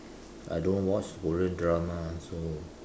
I don't watch Korean drama also